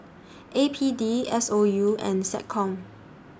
A P D S O U and Seccom